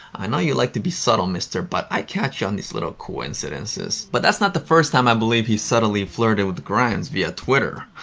i know you like to be subtle, mister, but i catch you on these little coincidences. but that's not the first time, i believe, he's subtly flirted with grimes via twitter.